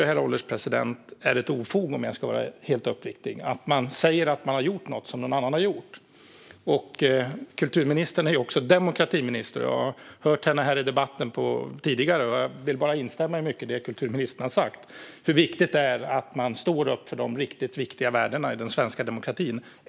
Jag tycker att det är ett ofog, om jag ska vara helt uppriktig, att man säger att man har gjort något som någon annan har gjort. Kulturministern är ju också demokratiminister. Jag har hört henne i debatten här tidigare och vill bara instämma i mycket av det som kulturministern har sagt om hur viktigt det är att man står upp för de riktigt viktiga värdena i den svenska demokratin.